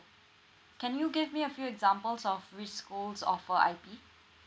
can you give me a few examples of which schools offer I_P